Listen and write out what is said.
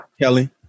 Kelly